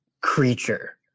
creature